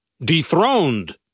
dethroned